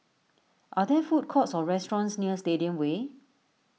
are there food courts or restaurants near Stadium Way